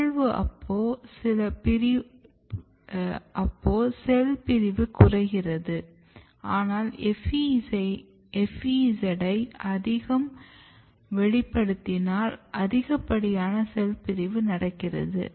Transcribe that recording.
பிறழ்வு அப்போ செல் பிரிவு குறைகிறது ஆனால் FEZ யை அதிகம் வெளிப்படுத்தினால் அதிகப்படியான செல் பிரிவு நடக்கிறது